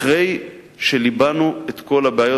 אחרי שליבנו את כל הבעיות.